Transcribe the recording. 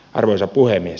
arvoisa puhemies